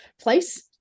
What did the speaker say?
place